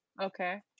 Okay